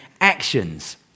actions